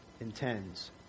intends